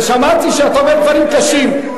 ושמעתי שאתה אומר דברים קשים.